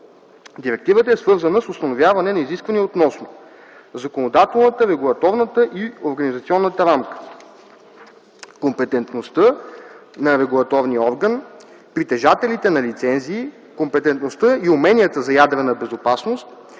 Директивата е свързана с установяване на изисквания относно: - законодателната, регулаторната и организационната рамка; - компетентността на регулаторния орган; - притежателите на лицензии; - компетентността и уменията за ядрена безопасност;